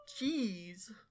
Jeez